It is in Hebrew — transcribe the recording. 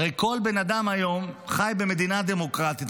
הרי כל בן אדם היום חי במדינה דמוקרטית,